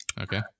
Okay